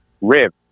rib